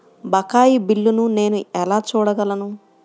బకాయి బిల్లును నేను ఎలా చూడగలను?